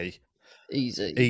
Easy